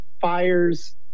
fires